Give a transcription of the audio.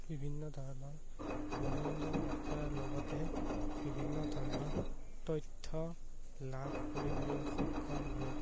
বিভিন্ন ধৰণৰ মনোৰঞ্জন লাভ কৰাৰ লগতে বিভিন্ন ধৰণৰ তথ্য লাভ কৰিবলৈ সক্ষম হয়